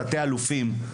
תתי-אלופים,